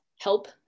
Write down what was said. help